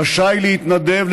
רשאי להתנדב,